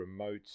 remotes